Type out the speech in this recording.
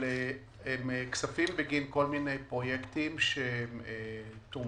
הם כספים בגין כל מיני פרויקטים שתוקצבו